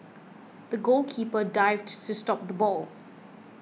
the goalkeeper dived to stop the ball